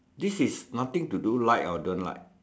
this is nothing to do like or don't like